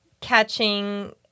catching